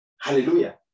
hallelujah